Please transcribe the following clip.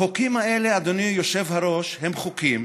החוקים האלה, אדוני היושב-ראש, הם חוקים